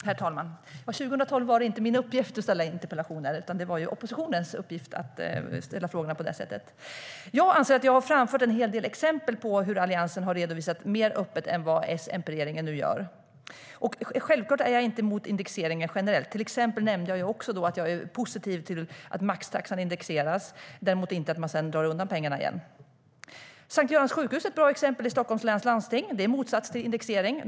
Herr talman! År 2012 var det inte min uppgift att ställa interpellationer, utan det var oppositionens uppgift att ställa frågorna på det sättet. Jag anser att jag har framfört en hel del exempel på hur Alliansen har redovisat mer öppet än vad SMP-regeringen nu gör. Självklart är jag inte emot indexering generellt. Till exempel nämnde jag att jag är positiv till att maxtaxan indexeras men inte till att man sedan drar undan pengarna igen. S:t Görans sjukhus i Stockholms läns landsting är ett bra exempel. Det är motsatsen till indexering.